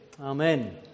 Amen